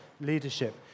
leadership